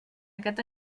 aquest